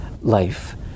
life